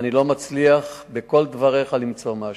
ואני לא מצליח בכל דבריך למצוא משהו.